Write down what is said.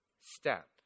step